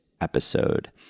episode